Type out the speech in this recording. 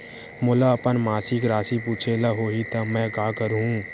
मोला अपन मासिक राशि पूछे ल होही त मैं का करहु?